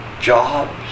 jobs